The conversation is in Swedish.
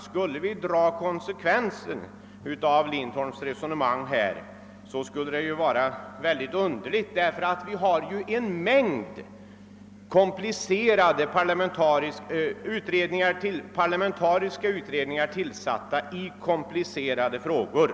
Skulle vi dra konsekvensen av herr Lindholms resonemang, skulle vi komma till ett mycket underligt resultat, eftersom det ju finns en mängd parlalamentariska utredningar som sysslar med komplicerade frågor.